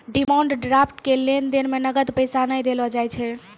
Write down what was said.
demand draft के लेन देन मे नगद पैसा नै देलो जाय छै